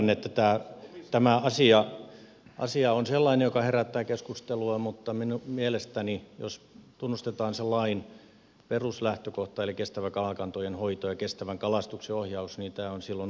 ymmärrän että tämä asia on sellainen joka herättää keskustelua mutta minun mielestäni jos tunnustetaan se lain peruslähtökohta eli kestävä kalakantojen hoito ja kestävän kalastuksen oh jaus tämä on silloin oikea linjaus